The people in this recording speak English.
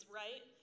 right